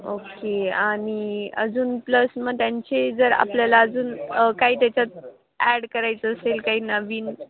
okay आणि अजून plus मग त्यांचे जर आपल्याला अजून काही त्याच्यात ॲड करायचं असेल काही नवीन